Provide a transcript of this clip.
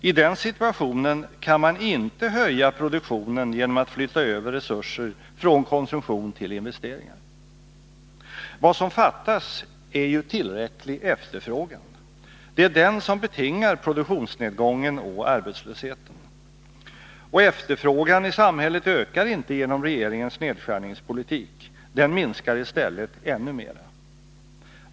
I den situationen kan man inte höja produktionen genom att flytta över resurser från konsumtion till investeringar. Vad som fattas är ju tillräcklig efterfrågan. Det är den som betingar produktionsnedgången och arbetslösheten. Och efterfrågan i samhället ökar inte genom regeringens nedskärningspolitik. Den minskar i stället ännu mera.